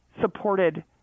supported